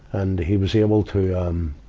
and he was able to, um,